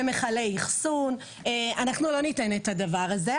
ומכלי אחסון אנחנו לא ניתן את הדבר הזה.